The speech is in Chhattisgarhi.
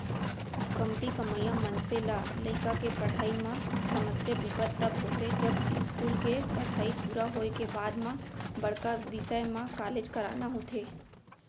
कमती कमइया मनसे ल लइका के पड़हई म समस्या बिपत तब होथे जब इस्कूल के पड़हई पूरा होए के बाद म बड़का बिसय म कॉलेज कराना होथे